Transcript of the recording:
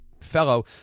fellow